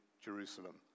Jerusalem